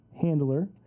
handler